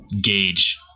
gauge